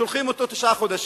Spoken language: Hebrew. שולחים אותו לתשעה חודשים.